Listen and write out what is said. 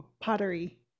pottery